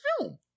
film